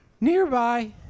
nearby